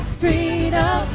freedom